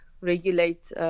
regulate